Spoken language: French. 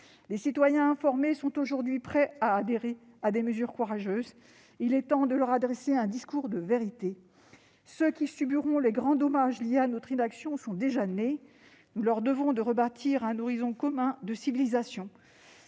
Les citoyens informés sont aujourd'hui prêts à adhérer à des mesures courageuses. Il est temps de leur tenir un discours de vérité. Ceux qui subiront les grands dommages liés à notre inaction sont déjà nés. Nous leur devons de rebâtir un horizon commun de civilisation.